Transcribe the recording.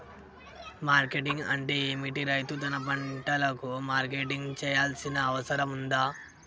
Marketing అంటే ఏమిటి? రైతు తన పంటలకు మార్కెటింగ్ చేయాల్సిన అవసరం ఉందా?